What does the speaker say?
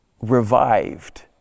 revived